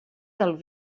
del